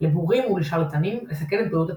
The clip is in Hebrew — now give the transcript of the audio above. לבורים ולשרלטנים לסכן את בריאות הציבור".